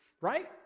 right